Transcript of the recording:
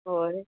होय